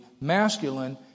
masculine